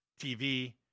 tv